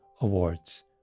awards